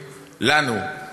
לנו,